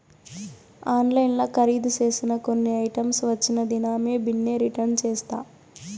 ఆన్లైన్ల కరీదు సేసిన కొన్ని ఐటమ్స్ వచ్చిన దినామే బిన్నే రిటర్న్ చేస్తా